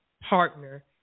Partner